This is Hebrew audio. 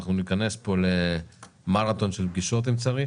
אנחנו ניכנס כאן למרתון של פגישות אם צריך